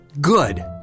Good